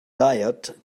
diet